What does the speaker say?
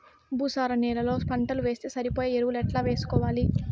భూసార నేలలో పంటలు వేస్తే సరిపోయే ఎరువులు ఎట్లా వేసుకోవాలి?